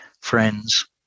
friends